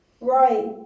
Right